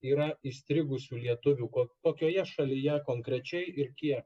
yra įstrigusių lietuvių kokioje šalyje konkrečiai ir kiek